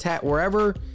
wherever